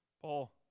Paul